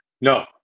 No